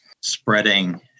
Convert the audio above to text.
spreading